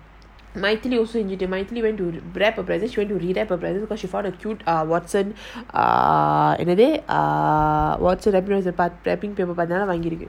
also மைதிலி:mythili went to wrap a present she went to re wrap a present because she found a cute ah watson ah in a day ah watson மயங்கிருக்கு:mayankiruku